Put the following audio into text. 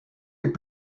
est